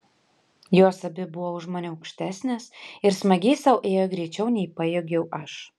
jos abi buvo už mane aukštesnės ir smagiai sau ėjo greičiau nei pajėgiau aš